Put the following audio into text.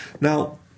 Now